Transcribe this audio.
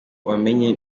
wamenye